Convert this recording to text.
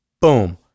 Boom